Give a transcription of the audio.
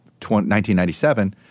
1997